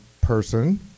person